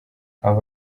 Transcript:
aba